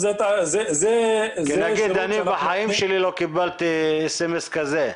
אני בחיים שלי לא קיבלתי SMS כזה.